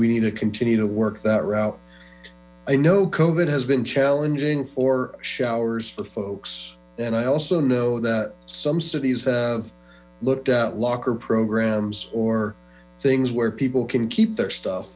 we need to continue to work that out i know coburn has been challenging for showers for folks and i also know that some cities have looked at locker programs or things where people can keep their stuff